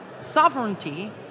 sovereignty